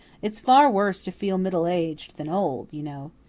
it's far worse to feel middle-aged than old, you know.